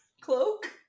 cloak